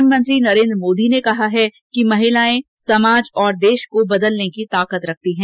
प्रधानमंत्री नरेन्द्र मोदी ने कहा है कि महिलाएं समाज और देश को बदलने की ताकत रखती हैं